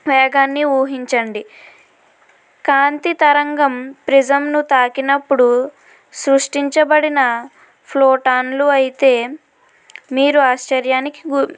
మేఘాన్ని ఊహించండి కాంతి తరంగం ప్రిజంను తాకినప్పుడు సృష్టించబడిన ఫ్లూటాన్లు అయితే మీరు ఆశ్చర్యానికి గు